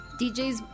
DJs